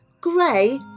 grey